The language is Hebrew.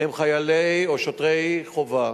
הם חיילי או שוטרי חובה.